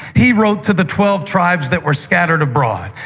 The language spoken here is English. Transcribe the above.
he wrote to the twelve tribes that were scattered abroad.